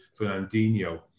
Fernandinho